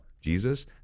Jesus